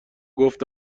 گفت